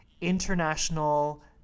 international